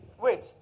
Wait